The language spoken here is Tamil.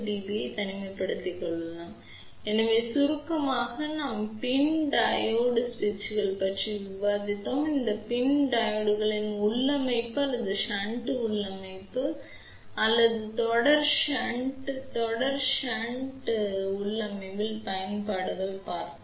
எனவே இந்த டையோட்களின் சேர்க்கைகளைப் பயன்படுத்துவதன் மூலம் அகலக்கற்றை சுவிட்சையும் ஒருவர் உணர முடியும் எனவே சுருக்கமாக இன்று நாம் PIN டையோடு சுவிட்சுகள் பற்றி விவாதித்தோம் இந்த PIN டையோட்கள் தொடர் உள்ளமைவு அல்லது ஷன்ட் உள்ளமைவு அல்லது தொடர் ஷன்ட் தொடர் ஷன்ட் தொடர் உள்ளமைவில் பயன்படுத்தப்பட்டுள்ளன